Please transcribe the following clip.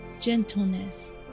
gentleness